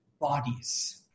bodies